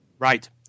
Right